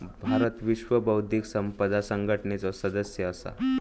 भारत विश्व बौध्दिक संपदा संघटनेचो सदस्य असा